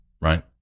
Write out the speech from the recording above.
right